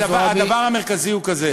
הדבר המרכזי הוא כזה,